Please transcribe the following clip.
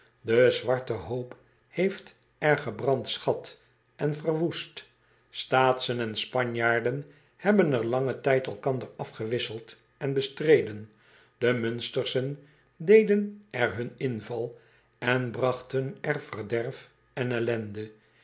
de zwarte hoop heeft er gebrandschat en verwoest taatschen en panjaarden hebben er langen tijd elkander afgewisseld en bestreden de unsterschen deden er hun inval en bragten er verderf en ellende